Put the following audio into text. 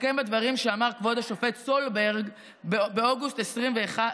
אסכם בדברים שאמר כבוד השופט סולברג באוגוסט 2021,